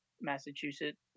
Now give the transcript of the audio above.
Massachusetts